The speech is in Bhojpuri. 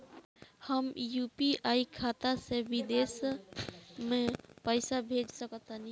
हम यू.पी.आई खाता से विदेश म पइसा भेज सक तानि?